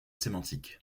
sémantique